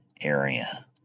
area